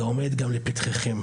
זה עומד גם לפתחכם.